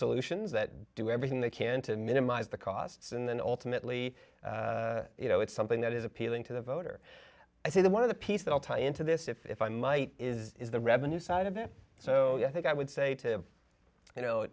solutions that do everything they can to minimize the costs and then ultimately you know it's something that is appealing to the voter i say that one of the piece that i'll tie into this if i might is the revenue side of it so i think i would say to you know